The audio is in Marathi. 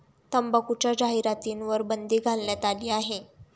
तंबाखूच्या जाहिरातींवर बंदी घालण्यात आली आहे